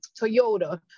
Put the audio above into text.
toyota